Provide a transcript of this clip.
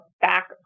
back